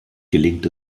gelingt